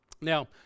Now